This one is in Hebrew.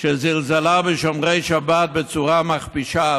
שזלזלה בשומרי שבת בצורה מכפישה,